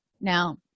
Now